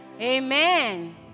Amen